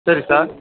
சரி சார்